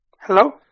Hello